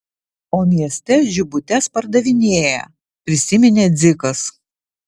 o mieste žibutes pardavinėja prisiminė dzikas